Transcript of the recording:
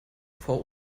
vor